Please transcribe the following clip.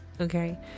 okay